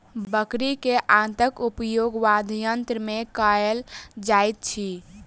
बकरी के आंतक उपयोग वाद्ययंत्र मे कयल जाइत अछि